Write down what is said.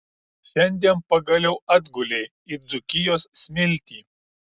šiandien pagaliau atgulei į dzūkijos smiltį